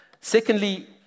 Secondly